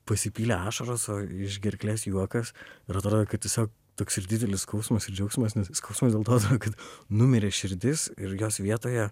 pasipylė ašaros o iš gerklės juokas ir atrodo kad tiesiog toks ir didelis skausmas ir džiaugsmas nes skausmas dėl to kad numirė širdis ir jos vietoje